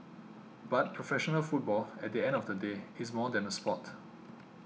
but professional football at the end of the day is more than a sport